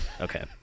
Okay